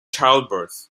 childbirth